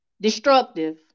Destructive